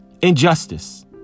injustice